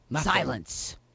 silence